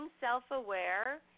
self-aware